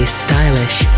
stylish